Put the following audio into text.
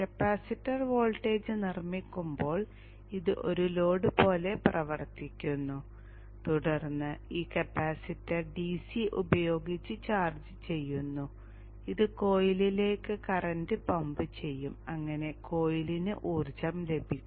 capacitor voltage നിർമ്മിക്കുമ്പോൾ ഇത് ഒരു ലോഡ് പോലെ പ്രവർത്തിക്കുന്നു തുടർന്ന് ഈ കപ്പാസിറ്റർ ഡിസി ഉപയോഗിച്ച് ചാർജ് ചെയ്യുന്നു ഇത് കോയിലിലേക്ക് കറന്റ് പമ്പ് ചെയ്യും അങ്ങനെ കോയിലിന് ഊർജ്ജം ലഭിക്കും